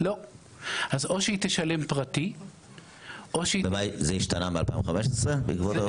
אז או שהיא תשלם פרטי --- זה השתנה מ-2015 בעקבות הרפורמה?